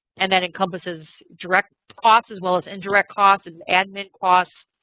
and that encompasses direct costs as well as indirect costs, and admin costs.